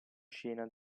scena